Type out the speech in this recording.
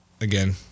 again